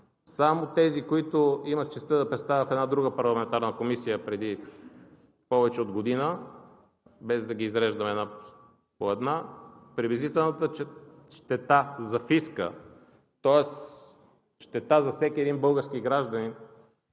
само тези, които имах честта да представя в една друга парламентарна Комисия преди повече от година, без да ги изреждам една по една, приблизителната щета за фиска, тоест щета за всеки един български гражданин